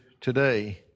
today